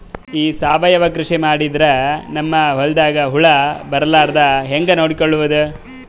ಈ ಸಾವಯವ ಕೃಷಿ ಮಾಡದ್ರ ನಮ್ ಹೊಲ್ದಾಗ ಹುಳ ಬರಲಾರದ ಹಂಗ್ ನೋಡಿಕೊಳ್ಳುವುದ?